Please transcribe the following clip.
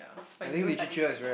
but you don't study today